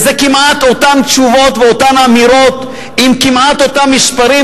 וזה כמעט אותן תשובות ואותן אמירות עם כמעט אותם מספרים